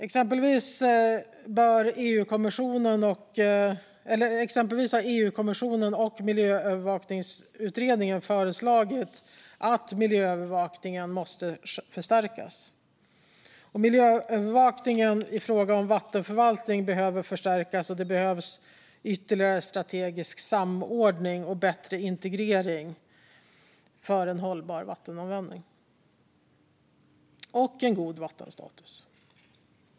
Exempelvis har EU-kommissionen och Miljöövervakningsutredningen föreslagit att miljöövervakningen ska förstärkas. Miljöövervakningen i fråga om vattenförvaltning behöver förstärkas, och det behövs ytterligare strategisk samordning och bättre integrering för en hållbar vattenanvändning och en god vattenstatus.